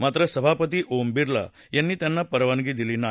मात्र सभापती ओम बिर्ला यांनी त्यांना परवानगी दिली नाही